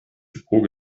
depot